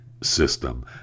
system